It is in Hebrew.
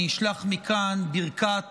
אני אשלח מכאן ברכת